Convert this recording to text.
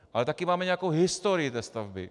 Ale také máme nějakou historii té stavby.